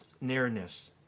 nearness